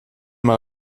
mal